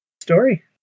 Story